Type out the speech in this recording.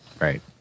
Right